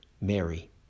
Mary